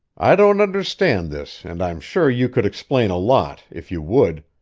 i don't understand this and i'm sure you could explain a lot, if you would.